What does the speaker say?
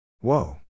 Whoa